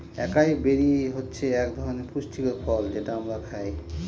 একাই বেরি হচ্ছে এক ধরনের পুষ্টিকর ফল যেটা আমরা খায়